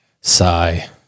sigh